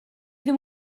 ddim